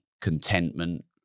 contentment